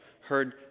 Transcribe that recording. heard